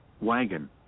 wagon